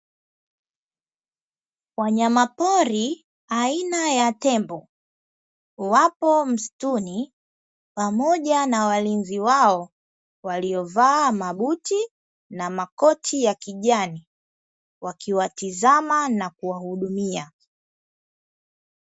Wanyamapori aina ya tembo wapo msituni pamoja na walinzi wao waliovaa mabuti na makoti ya kijani, wakiwatizama na kuwahudumia.